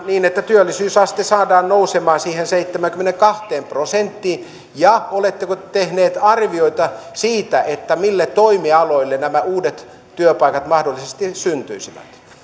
niin että työllisyysaste saadaan nousemaan siihen seitsemäänkymmeneenkahteen prosenttiin ja oletteko te tehneet arviota siitä siitä mille toimialoille nämä uudet työpaikat mahdollisesti syntyisivät